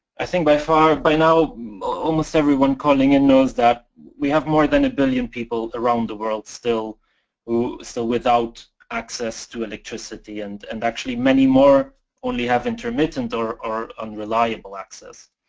i think by far by now almost everyone calling in knows that we have more than a billion people around the world still who, still without access to electricity and and actually many more only have intermittent or or unreliable access.